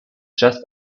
just